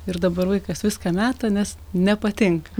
ir dabar vaikas viską meta nes nepatinka